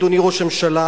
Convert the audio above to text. אדוני ראש הממשלה,